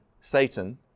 Satan